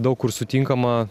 daug kur sutinkama